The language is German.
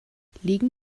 liegen